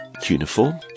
cuneiform